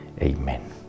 Amen